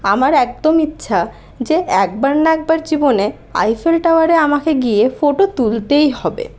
আমার একদম ইচ্ছা যে একবার না একবার জীবনে আইফেল টাওয়ারে আমাকে গিয়ে ফোটো তুলতেই হবে